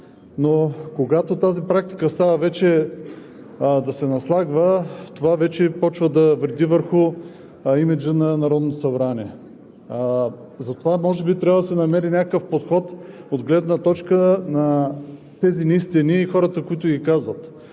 но когато тази практика вече се наслагва, това започва да вреди върху имиджа на Народното събрание. Може би трябва да се намери някакъв подход от гледна точка на тези неистини и хората, които ги казват.